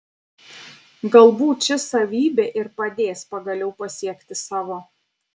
galbūt ši savybė ir padės pagaliau pasiekti savo